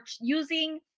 using